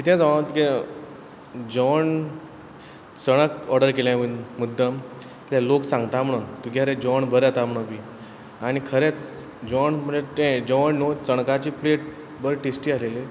कितेंय जावं तुगे जेवण सगळ्यांक चणाक ऑर्डर केली हांवें मुद्दाम किद्याक लोक सांगता म्होणोन तुगेले जेवण बरें जाता म्हणोन बी आनी खरेंच जेवण मरे जेवण न्हू चणकाची प्लेट बरी टेस्टी आसलेली